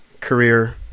career